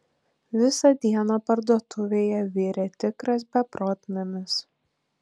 visą dieną parduotuvėje virė tikras beprotnamis